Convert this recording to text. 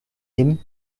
him